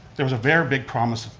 there was a very big promise,